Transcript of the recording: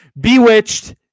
Bewitched